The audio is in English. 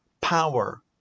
power